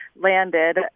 landed